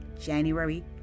January